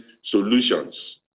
solutions